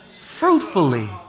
Fruitfully